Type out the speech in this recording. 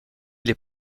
les